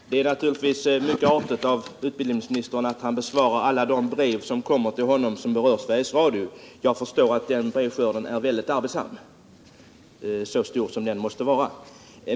Herr talman! Det är naturligtvis mycket artigt av utbildningsministern att besvara alla brev som kommer till honom och som rör Sveriges Radio. Jag förmodar att det är väldigt arbetsamt att ta hand om den brevskörden, så stor som den måste vara.